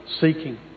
seeking